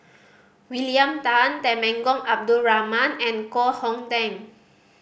William Tan Temenggong Abdul Rahman and Koh Hong Teng